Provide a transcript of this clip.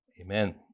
Amen